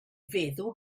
feddw